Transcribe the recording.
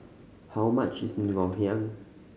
how much is Ngoh Hiang